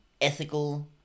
ethical